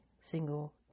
single